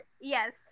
Yes